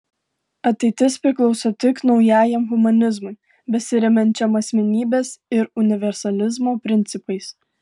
ateitis priklauso tik naujajam humanizmui besiremiančiam asmenybės ir universalizmo principais